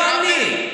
לא אני.